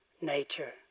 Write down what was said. nature